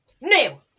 No